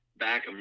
back